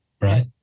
right